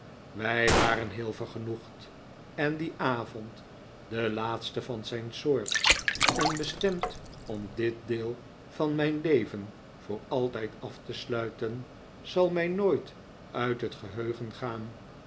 wij waren heel vergenoegd en die avond de laatste van zijn soort en bestemd om dit deel van mijn leven voor altijd af te sluiten zal mij nooit uit het geheugen gaan